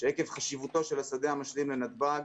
שעקב חשיבותו של השדה המשלים לנתב"ג,